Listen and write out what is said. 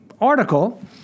article